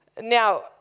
Now